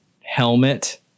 helmet